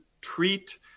treat